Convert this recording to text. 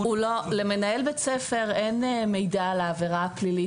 למנהל בית ספר אין מידע על העבירה הפלילית שנעברה,